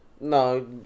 No